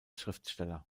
schriftsteller